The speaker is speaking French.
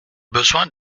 besoin